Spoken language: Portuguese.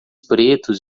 pretos